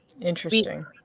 Interesting